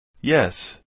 Yes